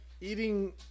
eating